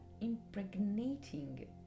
impregnating